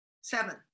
Seven